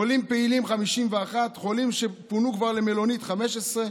חולים פעילים, 51, חולים שפונו כבר למלונית, 15,